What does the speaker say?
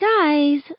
Guys